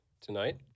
tonight